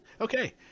Okay